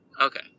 Okay